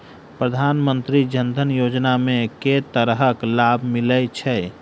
प्रधानमंत्री जनधन योजना मे केँ तरहक लाभ मिलय छै?